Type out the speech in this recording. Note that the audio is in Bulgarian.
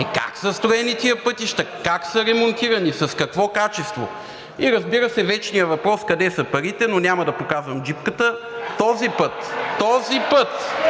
как са строени тези пътища? Как са ремонтирани? С какво качество? И, разбира се, вечният въпрос: къде са парите? Но няма да показвам джипката. Този път, този път,